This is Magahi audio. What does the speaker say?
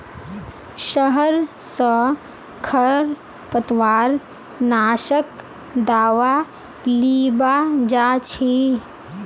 शहर स खरपतवार नाशक दावा लीबा जा छि